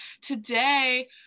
today